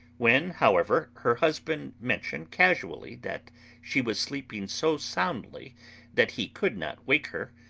when, however, her husband mentioned casually that she was sleeping so soundly that he could not wake her,